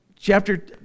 chapter